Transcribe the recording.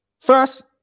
first